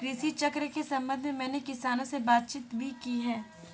कृषि चक्र के संबंध में मैंने किसानों से बातचीत भी की है